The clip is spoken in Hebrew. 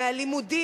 מהלימודים,